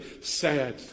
sad